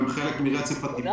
נכון?